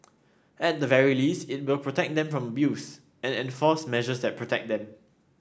at the very least it will protect them from abuse and enforce measures that protect them